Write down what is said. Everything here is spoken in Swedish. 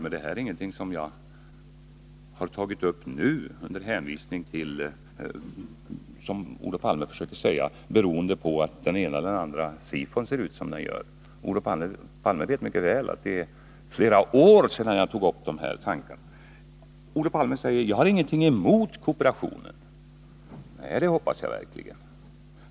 Men det här är ingenting som jag har tagit upp just nu, beroende på attsom Olof Palme försökte säga — SIFO eller andra undersökningar ser ut som de gör. Olof Palme vet mycket väl att det är flera år sedan jag tog upp de här tankarna. Olof Palme säger: Jag har ingenting emot kooperationen. Nej, det hoppas jag verkligen.